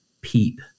peep